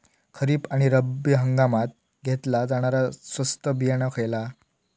खरीप आणि रब्बी हंगामात घेतला जाणारा स्वस्त बियाणा खयला?